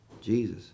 Jesus